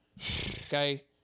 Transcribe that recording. okay